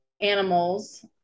animals